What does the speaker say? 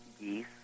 geese